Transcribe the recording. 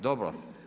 Dobro.